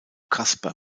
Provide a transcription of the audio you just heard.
kasper